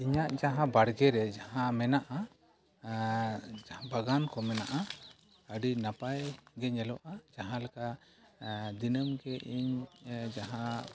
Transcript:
ᱤᱧᱟᱹᱜ ᱡᱟᱦᱟᱸ ᱵᱟᱲᱜᱮ ᱨᱮ ᱡᱟᱦᱟᱸ ᱢᱮᱱᱟᱜᱼᱟ ᱡᱟᱦᱟᱸ ᱵᱟᱜᱟᱱ ᱠᱚ ᱢᱮᱱᱟᱜᱼᱟ ᱟᱹᱰᱤ ᱱᱟᱯᱟᱭ ᱜᱮ ᱧᱮᱞᱚᱜᱼᱟ ᱡᱟᱦᱟᱸ ᱞᱮᱠᱟ ᱫᱤᱱᱟᱹᱢ ᱜᱮ ᱤᱧ ᱡᱟᱦᱟᱸ